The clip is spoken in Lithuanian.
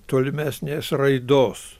tolimesnės raidos